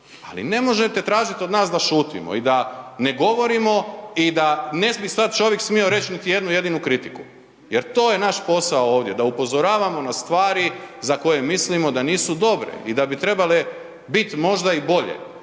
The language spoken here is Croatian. Ali ne možete tražit od nas da šutimo i da ne govorimo i da ne smi sad čovjek smio reć niti jednu jedinu kritiku. Jer to je naš posao ovdje, da upozoravamo na stvari za koje mislimo da nisu dobre i da bi trebale bit možda i bolje,